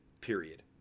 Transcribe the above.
period